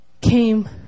Came